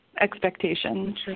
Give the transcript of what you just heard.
expectations